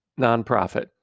nonprofit